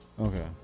Okay